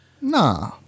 Nah